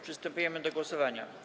Przystępujemy do głosowania.